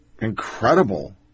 incredible